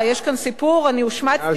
אני הושמצתי כאן קשות,